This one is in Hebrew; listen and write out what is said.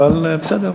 אבל בסדר.